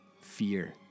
fear